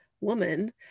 woman